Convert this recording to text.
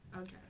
okay